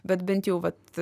bet bent jau vat